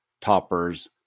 toppers